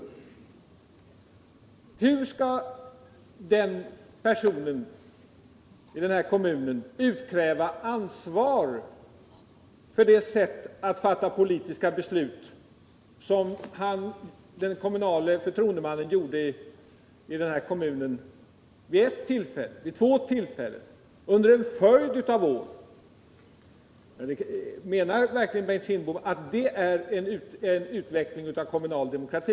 Hur skall ansvar utkrävas för det sätt på vilket den kommunala förtroendemannen i den andra kommunen fattat ett felaktigt beslut vid ett tillfälle, vid två tillfällen, under en följd av år? Menar verkligen Bengt Kindbom att ett införande av den regionala skatteutjämningen är en utveckling av kommunal demokrati?